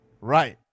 Right